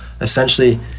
essentially